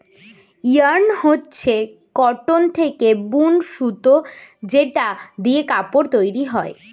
yarn হচ্ছে cotton থেকে বুন সুতো যেটা দিয়ে কাপড় তৈরী হয়